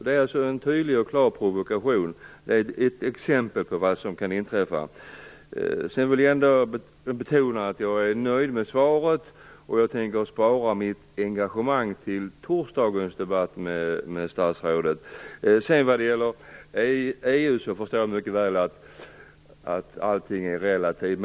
Det är alltså en tydlig och klar provokation, och ett exempel på vad som kan inträffa. Jag vill ändå betona att jag är nöjd med svaret, och jag tänker spara mitt engagemang till torsdagens debatt med statsrådet. Vad gäller EU förstår jag mycket väl att allting är relativt.